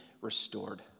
restored